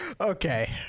Okay